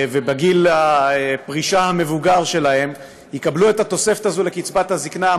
ובגיל הפרישה המבוגר שלהם יקבלו את התוספת הזאת לקצבת הזקנה,